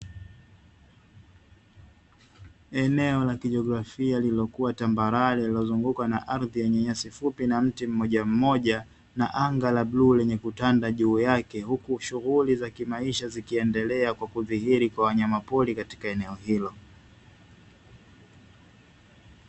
Eneo la kijiografia lililokuwa tambarare, lililozungukwa na ardhi yenye nyasi fupi, na mti mmojammoja na anga la bluu lenye kutanda juu yake, huku shughuli za kimaisha zikiendelea kwa kudhihiri kwa wanyama pori katika eneo hilo.